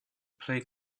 play